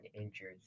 injured